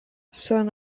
són